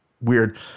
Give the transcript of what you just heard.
weird